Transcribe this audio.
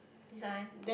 this one